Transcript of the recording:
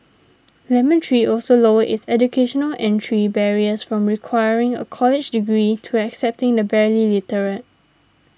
Lemon Tree also lowered its educational entry barriers from requiring a college degree to accepting the barely literate